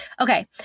Okay